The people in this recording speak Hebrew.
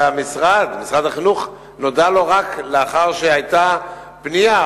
ולמשרד החינוך נודע רק לאחר שהיתה פנייה.